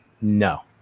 no